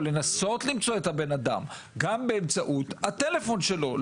לנסות למצוא אותו גם באמצעות הטלפון שלו.